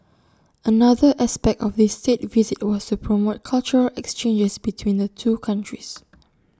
another aspect of this State Visit was to promote cultural exchanges between the two countries